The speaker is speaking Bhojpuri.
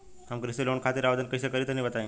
हम कृषि लोन खातिर आवेदन कइसे करि तनि बताई?